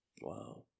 wow